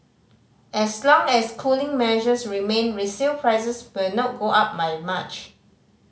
as long as cooling measures remain resale prices will not go up my much